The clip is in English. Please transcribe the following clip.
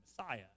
Messiah